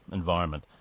environment